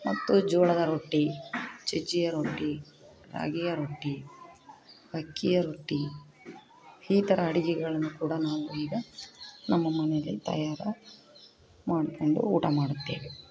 ಮತ್ತು ಜೋಳದ ರೊಟ್ಟಿ ಸಜ್ಜಿಯ ರೊಟ್ಟಿ ರಾಗಿಯ ರೊಟ್ಟಿ ಅಕ್ಕಿಯ ರೊಟ್ಟಿ ಈ ಥರ ಅಡಿಗೆಗಳನ್ನು ಕೂಡ ನಾವು ಈಗ ನಮ್ಮ ಮನೆಯಲ್ಲಿ ತಯಾರು ಮಾಡಿಕೊಂಡು ಊಟ ಮಾಡುತ್ತೇವೆ